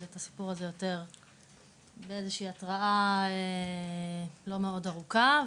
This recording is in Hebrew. את הסיפור הזה יותר באיזושהי התראה לא מאוד ארוכה,